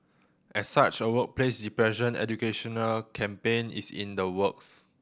as such a workplace depression educational campaign is in the works